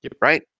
right